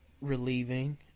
relieving